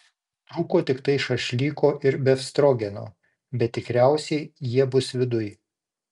trūko tiktai šašlyko ir befstrogeno bet tikriausiai jie bus viduj